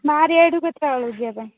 ବାହାରିବା ଏଇଠୁ କେତେଟା ବେଳକୁ ଯିବାପାଇଁ